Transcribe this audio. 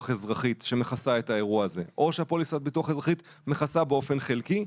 אזרחית שמכסה את האירוע הזה או שפוליסת ביטוח אזרחית מכסה באופן חלקי,